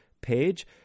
page